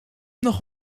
nog